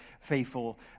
faithful